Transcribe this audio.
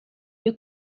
you